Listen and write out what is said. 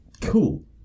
Cool